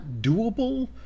doable